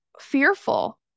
fearful